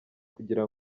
kugira